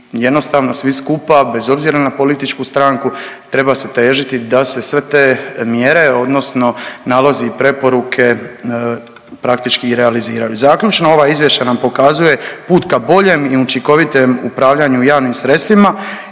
jednostavno svi skupa, bez obzira na političku stranku, treba se težiti da se sve te mjere odnosno nalozi i preporuke praktički i realiziraju. Zaključno, ova izvješća nam pokazuje put ka boljem i učinkovitem upravljanju javnim sredstvima,